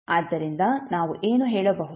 ಆದ್ದರಿಂದ ನಾವು ಏನು ಹೇಳಬಹುದು